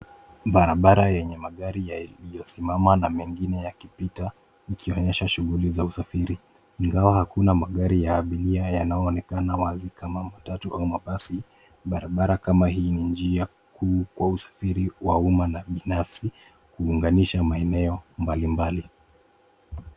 Barabara yenye magari yaliyosimama na mengine yakipita ikionyesha shughuli za usafiri. Ingawa hakuna magari ya abiria yanayoonekana wazi kama matatu au mabasi. Barabara kama hii ni njia kuu kwa usafiri wa umma na binafsi kuunganisha maeneo mbalimbali.